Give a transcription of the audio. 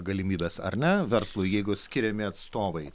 galimybes ar ne verslui jeigu skiriami atstovai